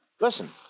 Listen